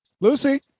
Lucy